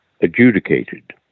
adjudicated